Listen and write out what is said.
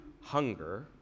hunger